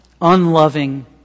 unloving